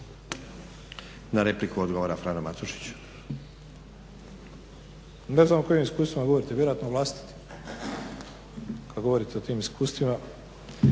Na repliku odgovara Frano Matušić. **Matušić, Frano (HDZ)** Ne znam o kojim iskustvima govorite, vjerojatno vlastitim kad govorite o tim iskustvima